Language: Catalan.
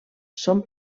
són